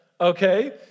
okay